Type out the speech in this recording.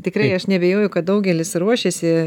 tikrai aš neabejoju kad daugelis ruošiasi